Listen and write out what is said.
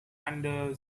under